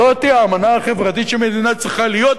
זוהי האמנה החברתית שמדינה צריכה להיות.